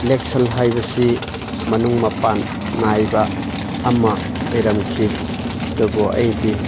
election ꯍꯥꯏꯕꯁꯤ ꯃꯅꯨꯡ ꯃꯄꯥꯟ ꯅꯥꯏꯕ ꯑꯃ ꯑꯣꯏꯔꯝꯈꯤ ꯑꯗꯨꯕꯨ ꯑꯩꯗꯤ